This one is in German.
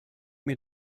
mir